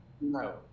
no